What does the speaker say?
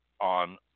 on